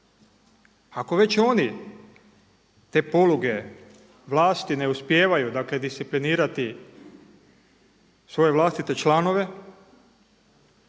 Ako već oni te poluge vlasti ne uspijevaju disciplinirati svoje vlastite članove,